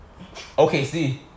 OKC